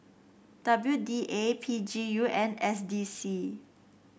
W D A P G U and S D C